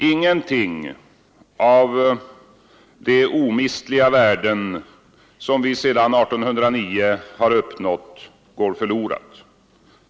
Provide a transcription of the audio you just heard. Ingenting av de omistliga värden som vi sedan 1809 har uppnått går förlorat.